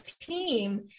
team